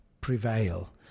prevail